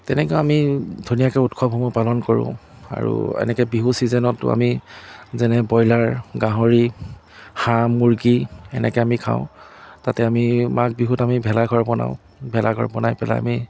তেনেকেও আমি ধুনীয়াকৈ উৎসৱসমূহ পালন কৰোঁ আৰু এনেকৈ বিহু চিজেনতো আমি যেনে ব্ৰয়লাৰ গাহৰি হাঁহ মুৰ্গী এনেকৈ আমি খাওঁ তাতে আমি মাঘ বিহুত আমি ভেলাঘৰ বনাওঁ ভেলাঘৰ বনাই পেলাই আমি